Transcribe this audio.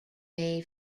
may